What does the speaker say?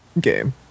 game